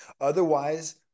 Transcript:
Otherwise